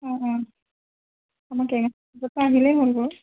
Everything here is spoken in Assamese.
অঁ অঁ আহিলেই হ'ল বাৰু